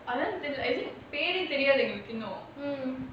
அதான் தெரில பெரே தெரியாது எனக்கு இன்னும்:athaan terila perae teriyaathu enaku innum